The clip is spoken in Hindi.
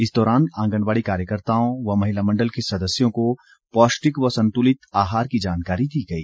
इस दौरान आंगनबाड़ी कार्यकर्ताओं व महिला मण्डल की सदस्यों को पौष्टिक व संतुलित आहार की जानकारी दी गई